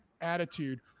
attitude